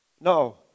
No